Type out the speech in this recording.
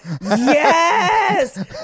yes